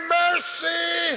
mercy